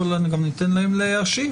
ואני גם אתן להם להשיב,